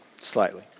slightly